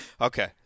Okay